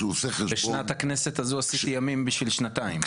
בשנת הכנסת הזו עשיתי ימים בשביל שנתיים.